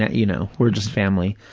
ah you know, we're just family.